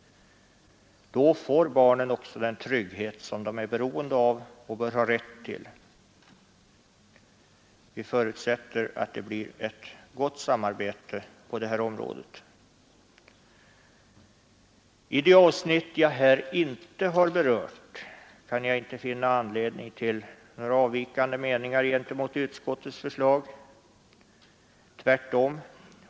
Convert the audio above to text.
Då får barnen också den trygghet som de är beroende av och har rätt till. Vi förutsätter att det blir ett gott samarbete på det här området. I de avsnitt jag här inte har berört kan jag inte finna anledning till några avvikande meningar gentemot utskottets förslag. Tvärtom!